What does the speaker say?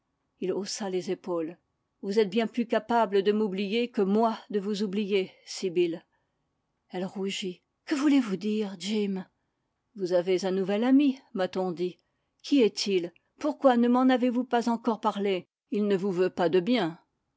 il haussa les épaules vous êtes bien plus capable de m'oublier que moi de vous oublier sibyl elle rougit que voulez-vous dire jim vous avez un nouvel ami m'a-t-on dit qui est-il pourquoi ne m'en avez-vous pas encore parlé il ne vous veut pas de bien